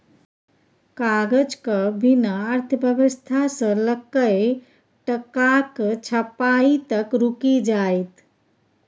कागजक बिना अर्थव्यवस्था सँ लकए टकाक छपाई तक रुकि जाएत